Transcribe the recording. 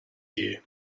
you